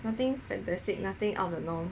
nothing fantastic nothing out of the norm